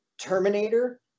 Terminator